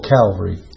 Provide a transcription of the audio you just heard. Calvary